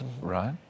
Right